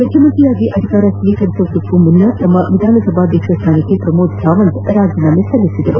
ಮುಖ್ಚಮಂತ್ರಿಯಾಗಿ ಅಧಿಕಾರ ಸ್ನೀಕರಿಸುವುದಕ್ಕೂ ಮುನ್ನ ತಮ್ನ ವಿಧಾನಸಭಾಧ್ಯಕ್ಷ ಸ್ನಾನಕ್ಷೆ ಪ್ರಮೋದ್ ಸಾವಂತ್ ರಾಜೇನಾಮೆ ನೀಡಿದರು